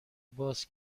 باز